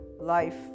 life